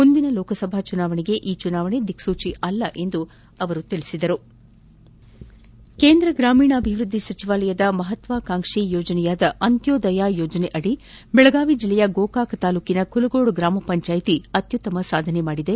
ಮುಂದಿನ ಲೋಕಸಭಾ ಚುನಾವಣೆಗೆ ಈ ಚುನಾವಣೆ ದಿಕ್ವೂಚಿ ಅಲ್ಲ ಎಂದರು ಕೇಂದ್ರ ಗ್ರಾಮೀಣಾಭಿವೃದ್ದಿ ಸಚಿವಾಲಯದ ಮಹತ್ವಕಾಂಕ್ಷಿ ಯೋಜನೆಯಾದ ಅಂತ್ಯೋದಯ ಯೋಜನೆಯಡಿ ಬೆಳಗಾವಿ ಜಲ್ಲೆಯ ಗೋಕಾಕ್ ತಾಲೂಕಿನ ಕುಲಗೋಡ ಗ್ರಾಮ ಪಂಚಾಯ್ತಿ ಅತ್ಯುತ್ತಮ ಸಾಧನೆ ಮಾಡಿದೆ